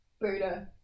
Buddha